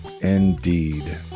Indeed